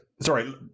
Sorry